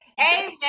Amen